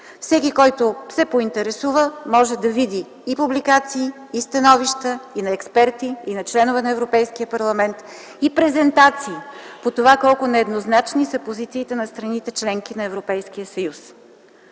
Всеки, който се поинтересува, може да види и публикации, и становища на експерти и на членове на Европейския парламент, и презентации по това колко нееднозначни са позициите на страните – членки на Европейския съюз.